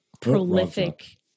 prolific